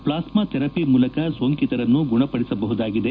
plasma therapy ಮೂಲಕ ಸೋಂಕಿತರನ್ನು ಗುಣಪಡಿಸಬಹುದಾಗಿದೆ